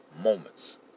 moments